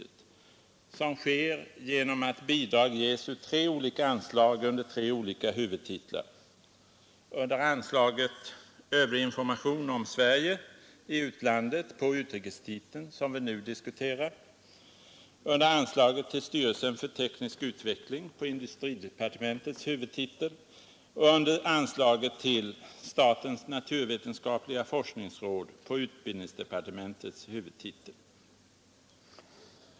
Det senare sker genom att bidrag ges ur tre olika anslag under tre olika huvudtitlar: under anslaget Övrig information om Sverige i utlandet på utrikestiteln som vi nu diskuterar, under anslaget till Styrelsen för teknisk utveckling på industridepartementets huvudtitel och under anslaget till Statens naturvetenskapliga forskningsråd på utbildningsdepartementets huvudtitel.